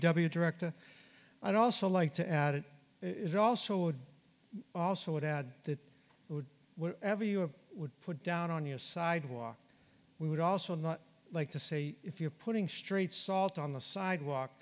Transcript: w director i'd also like to add it it also would also add that it would whatever you would put down on your sidewalk we would also like to say if you're putting straight salt on the sidewalk